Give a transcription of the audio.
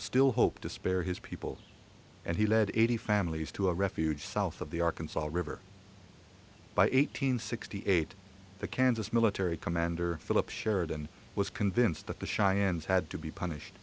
still hope to spare his people and he led eighty families to a refuge south of the arkansas river by eight hundred sixty eight the kansas military commander philip sheridan was convinced that the cheyennes had to be punished